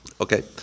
Okay